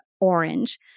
orange